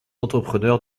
entrepreneur